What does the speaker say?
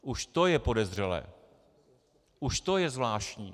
Už to je podezřelé, už to je zvláštní.